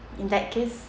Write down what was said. in that case